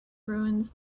ruins